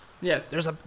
Yes